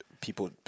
people